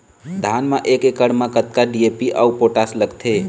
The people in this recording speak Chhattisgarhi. धान म एक एकड़ म कतका डी.ए.पी अऊ पोटास लगथे?